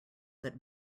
that